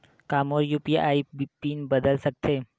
का मोर UPI PIN बदल सकथे?